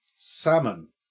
salmon